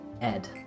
Ed